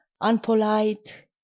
unpolite